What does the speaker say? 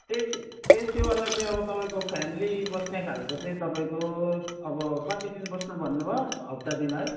AC एसीवाला चाहिँ अब तपाईँको फ्यामिली बस्ने खालको चाहिँ तपाईँको अब कति दिन बस्नु भन्नुभयो हप्ता दिन है